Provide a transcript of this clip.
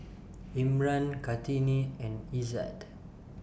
Imran Kartini and Izzat